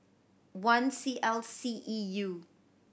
one C L C E U